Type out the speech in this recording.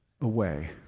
away